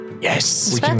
Yes